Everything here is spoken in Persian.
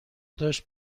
داشت